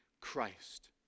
Christ